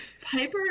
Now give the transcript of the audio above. Piper